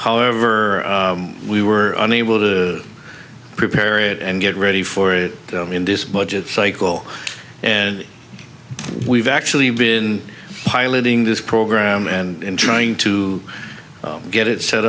however we were unable to prepare it and get ready for it in this budget cycle and we've actually been piloting this program and trying to get it set